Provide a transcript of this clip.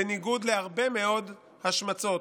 בניגוד להרבה מאוד השמצות,